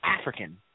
African